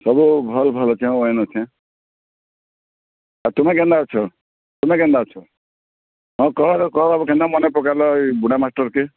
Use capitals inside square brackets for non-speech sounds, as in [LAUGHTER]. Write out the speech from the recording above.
ସବୁ ଭଲ୍ ଭଲ୍ [UNINTELLIGIBLE] ଅଛେ ଆଉ ତୁମେ କେନ୍ତା ଅଛ ତୁମେ କେନ୍ତା ଅଛ ହଁ କହା ହବ କହା ହବ କେନ୍ତା ମନେ ପକେଇଲ ଏ ବୁଢ଼ା ମାଷ୍ଟର୍ କେ